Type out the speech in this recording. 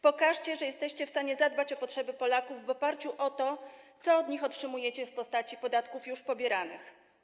Pokażcie, że jesteście w stanie zadbać o potrzeby Polaków w oparciu o to, co od nich otrzymujecie w postaci podatków już pobieranych.